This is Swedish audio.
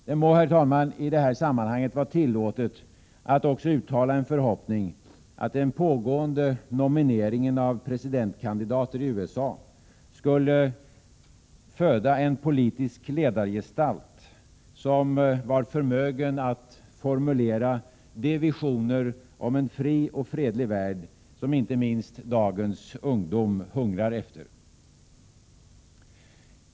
Det må, herr talman, i det här sammanhanget vara tillåtet att också uttala en förhoppning om att den pågående nomineringen av presidentkandidater i USA skulle föda en politisk ledargestalt, som var förmögen att formulera de visioner om en fri och fredlig värld som inte minst dagens ungdom hungrar efter.